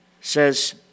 says